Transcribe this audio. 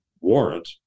warrant